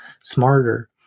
smarter